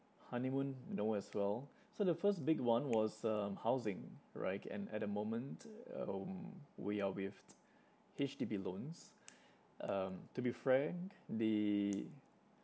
honeymoon no as well so the first big one was um housing right and at the moment um we are with H_D_B loans um to be frank the